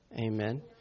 amen